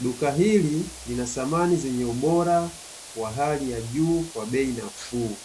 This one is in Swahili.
Duka hili lina thamani zenye ubora wa hali ya juu kwa bei nafuu.